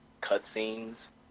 cutscenes